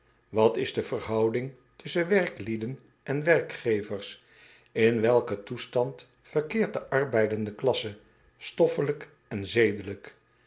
at is de verhouding tusschen werklieden en werkgevers n welken toestand verkeert de arbeidende klasse stoffelijk en zedelijk